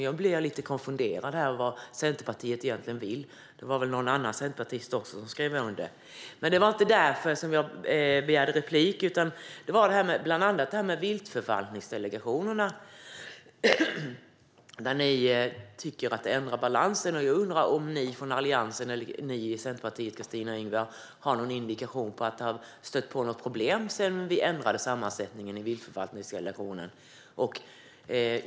Jag blir därför lite konfunderad över vad Centerpartiet egentligen vill, men det var väl också någon annan centerpartist som skrev under artikeln. Det var inte därför som jag begärde replik, utan det var bland annat för detta med viltförvaltningsdelegationerna, som ni tycker ändrar balansen. Jag undrar om ni från Alliansen eller ni i Centerpartiet, Kristina Yngwe, har någon indikation på att det har stött på problem sedan vi ändrade sammansättningen i viltförvaltningsdelegationerna.